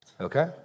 Okay